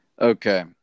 Okay